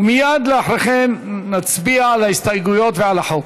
ומייד אחרי כן נצביע על ההסתייגויות ועל החוק.